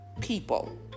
people